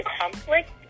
conflict